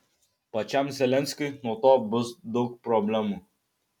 pačiam zelenskiui nuo to bus daug problemų